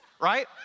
right